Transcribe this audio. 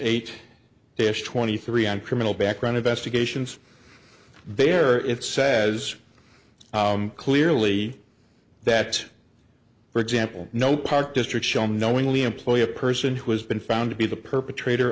eight this twenty three on criminal background investigations there it says clearly that for example no park district shall knowingly employ a person who has been found to be the perpetrator